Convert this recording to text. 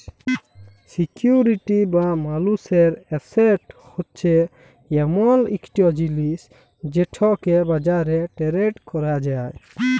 security বা মালুসের asset হছে এমল ইকট জিলিস যেটকে বাজারে টেরেড ক্যরা যায়